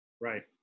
Right